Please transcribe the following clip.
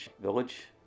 Village